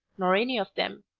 nor any of them.